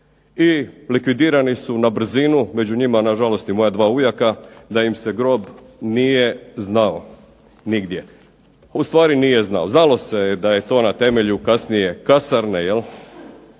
i likvidirani su na brzinu, među njima nažalost i moja dva ujaka, da im se grob nije znao nigdje. Ustvari nije znao, znalo se da je to na temelju kasnije kasarne, da